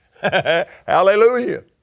Hallelujah